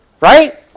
Right